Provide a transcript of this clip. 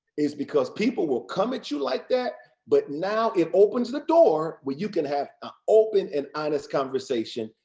is because people will come at you like that but now it opens the door where you can have an open and honest conversation.